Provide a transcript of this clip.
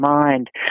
mind